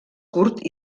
curt